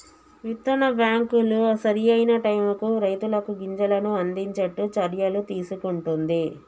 విత్తన బ్యాంకులు సరి అయిన టైముకు రైతులకు గింజలను అందిచేట్టు చర్యలు తీసుకుంటున్ది